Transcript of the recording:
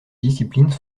disciplines